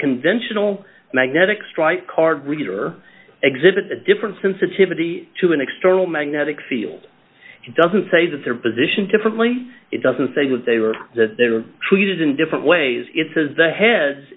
conventional magnetic stripe card reader exhibit a different sensitivity to an external magnetic field doesn't say that they're positioned differently it doesn't say what they were that they were treated in different ways it says the head